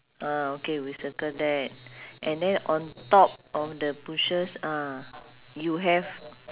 ah okay we circle that and then on top of the bushes uh you have